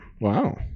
wow